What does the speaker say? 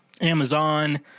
Amazon